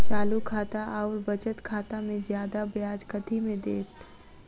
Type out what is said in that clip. चालू खाता आओर बचत खातामे जियादा ब्याज कथी मे दैत?